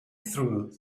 through